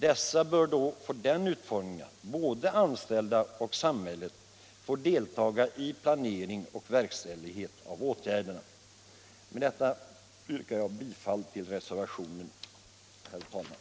Dessa bör då få den utformningen att både anställda och samhället får delta i planering och verkställighet av åtgärderna. Med detta yrkar jag bifall till reservationen, herr talman!